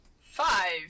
Five